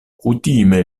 kutime